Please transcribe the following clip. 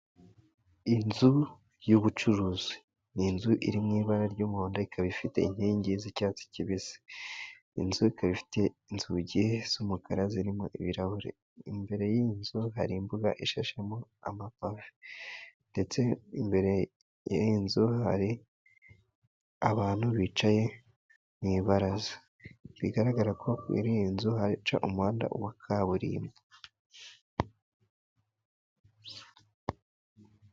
Inzu y’ubucuruzi ni inzu iri mu ibara ry’umuhondo, ikaba ifite inkingi z’icyatsi kibisi. Inzu ikaba ifite inzugi z’umukara zirimo ibirahure. Imbere y’inzu hari imbuga ishashemo amapave, ndetse imbere y’iyi nzu hari abantu bicaye mu ibaraza. Bigaragara ko kuri iyi nzu haca umuhanda wa kaburimbo.